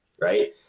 right